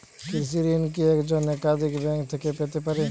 কৃষিঋণ কি একজন একাধিক ব্যাঙ্ক থেকে পেতে পারে?